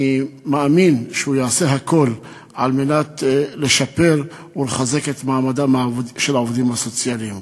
אני מאמין שהוא יעשה הכול לשפר ולחזק את מעמדם של העובדים הסוציאליים.